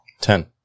Ten